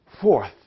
fourth